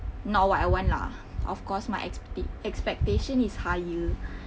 not what I want lah of course my expe~ expectation is higher